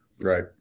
Right